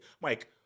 Mike